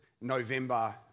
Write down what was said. November